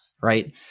right